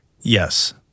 Yes